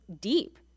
deep